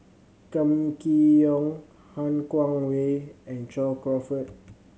Kam Kee Yong Han Guangwei and John Crawfurd